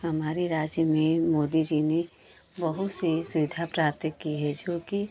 हमारे राज्य में मोदी जी ने बहुत से सुविधा प्राप्त की है जोकि